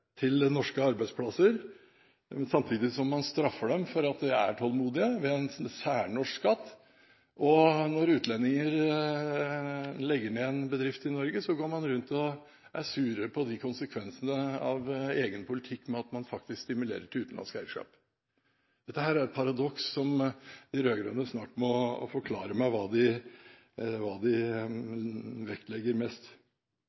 tålmodige norske eiere til norske arbeidsplasser, samtidig som man straffer dem for at de er tålmodige, med en særnorsk skatt. Når utlendinger legger ned en bedrift i Norge, går man rundt og er sure på konsekvensene av egen politikk ved at man faktisk stimulerer til utenlandsk eierskap. Dette er et paradoks, der de rød-grønne snart må forklare meg hva de